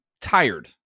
tired